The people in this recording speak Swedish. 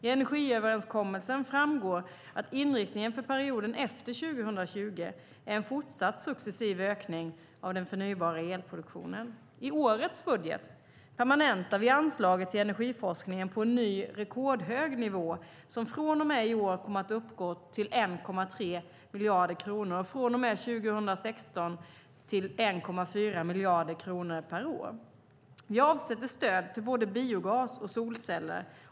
I energiöverenskommelsen framgår att inriktningen för perioden efter 2020 är en fortsatt successiv ökning av den förnybara elproduktionen. I årets budget permanentar vi anslaget till energiforskningen på en ny rekordhög nivå som från och med i år kommer att uppgå till 1,3 miljarder kronor och från och med 2016 till 1,4 miljarder kronor per år. Vi avsätter stöd till både biogas och solceller.